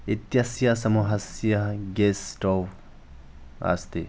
इत्यस्य समूहस्य gas stove अस्ति